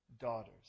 daughters